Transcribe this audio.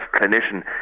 clinician